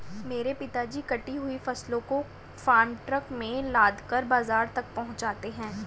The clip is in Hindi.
मेरे पिताजी कटी हुई फसलों को फार्म ट्रक में लादकर बाजार तक पहुंचाते हैं